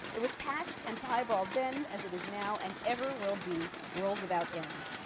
it was patched and piebald. then, as it is now. and ever will be, world without end.